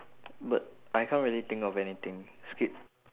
but I can't really think of anything skip